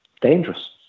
dangerous